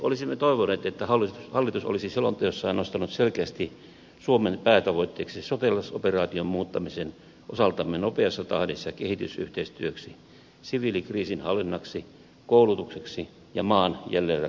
olisimme toivoneet että hallitus olisi selonteossaan nostanut selkeästi suomen päätavoitteeksi sotilasoperaation muuttamisen osaltamme nopeassa tahdissa kehitysyhteistyöksi siviilikriisinhallinnaksi koulutukseksi ja maan jälleenrakentamiseksi